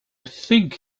think